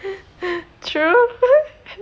true